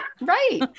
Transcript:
Right